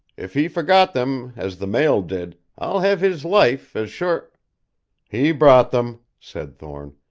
if he forgot them, as the mail did, i'll have his life as sure he brought them, said thorne.